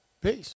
Peace